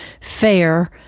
fair